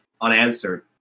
unanswered